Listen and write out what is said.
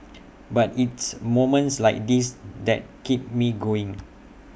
but it's moments like this that keep me going